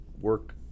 work